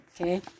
Okay